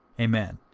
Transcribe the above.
amen.